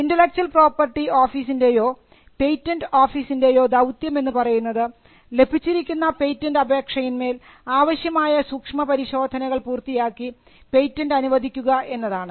intellectual property ഓഫീസിൻറെയോ patent ഓഫീസിൻറെയോ ദൌത്യം എന്ന് പറയുന്നത് ലഭിച്ചിരിക്കുന്ന പേറ്റന്റ് അപേക്ഷയിന്മേൽ ആവശ്യമായ സൂക്ഷ്മ പരിശോധനകൾ പൂർത്തിയാക്കി പേറ്റന്റ് അനുവദിക്കുക എന്നതാണ്